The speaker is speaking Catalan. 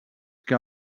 que